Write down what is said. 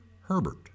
Herbert